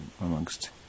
amongst